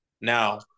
Now